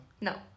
No